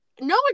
No